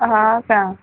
हां का